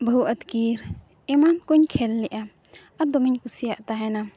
ᱵᱟᱹᱦᱩ ᱟᱹᱛᱠᱤᱨ ᱮᱢᱟᱱᱠᱚᱧ ᱠᱷᱮᱞ ᱞᱮᱫᱼᱟ ᱟᱨ ᱫᱚᱢᱮᱧ ᱠᱩᱥᱤᱭᱟᱜ ᱛᱟᱦᱮᱱᱟ